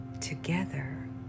together